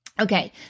Okay